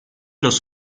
los